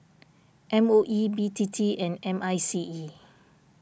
M O E B T T and M I C E